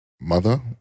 mother